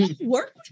Work